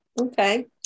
Okay